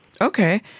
Okay